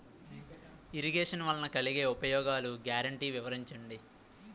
Irrigation వలన కలిగే ఉపయోగాలు గ్యారంటీ వివరించండి?